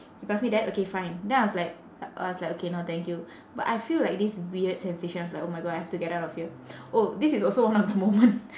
he pass me that okay fine then I was like I was like okay no thank you but I feel like this weird sensation I was like oh my god I have to get out of here oh this is also one of the moment